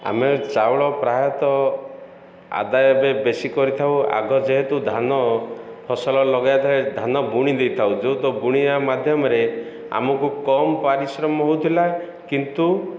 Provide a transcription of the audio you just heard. ଆମେ ଚାଉଳ ପ୍ରାୟତଃ ଆଦାୟ ଏବେ ବେଶୀ କରିଥାଉ ଆଗ ଯେହେତୁ ଧାନ ଫସଲ ଲଗେଇଥାଏ ଧାନ ବୁଣି ଦେଇଥାଉ ଯେଉଁ ତ ବୁଣିବା ମାଧ୍ୟମରେ ଆମକୁ କମ୍ ପାରିଶ୍ରମ ହଉଥିଲା କିନ୍ତୁ